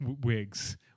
wigs